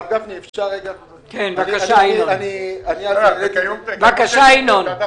התוכנית כל חודש זה משהו